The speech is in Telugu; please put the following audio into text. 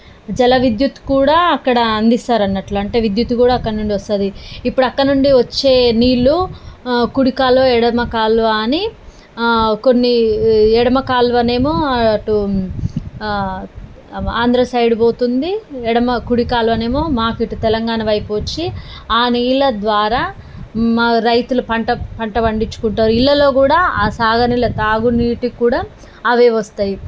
జల విద్యుత్తు కూడా అక్కడ అందిస్తారు అన్నట్లు అంటే విద్యుత్తు కూడా అక్కడి నుండి వస్తుంది ఇప్పుడు అక్కడ నుండి వచ్చే నీళ్ళు కుడి కాలువ ఎడమ కాలువ అని కొన్ని ఎడమ కాలువనేమో అటు ఆంధ్ర సైడ్ పోతుంది ఎడమ కుడి కాలువనేమో మాకు ఇటు తెలంగాణ వైపు వచ్చి ఆ నీళ్ల ద్వారా మా రైతులు పంట పంట పండించుకుంటారు ఇళ్లల్లో కూడా ఆ సాగనీళ్ల తాగునీటికి కూడా అవే వస్తాయి